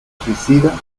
suicida